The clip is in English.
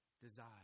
desire